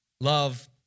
Love